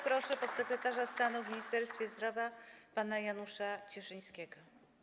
Proszę podsekretarza stanu w Ministerstwie Zdrowia pana Janusza Cieszyńskiego.